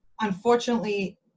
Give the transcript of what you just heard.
unfortunately